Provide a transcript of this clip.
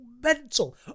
mental